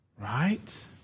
Right